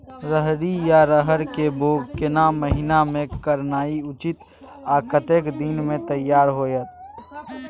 रहरि या रहर के बौग केना महीना में करनाई उचित आ कतेक दिन में तैयार होतय?